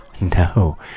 No